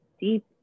deep